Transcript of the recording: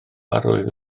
arwydd